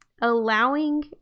allowing